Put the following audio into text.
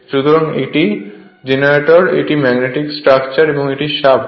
সুতরাং এটি জেনারেটর এটি ম্যাগনেটিক স্ট্রাকচার এবং এটি শ্যাফ্ট